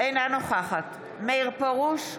אינה נוכחת מאיר פרוש,